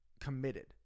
committed